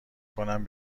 کنم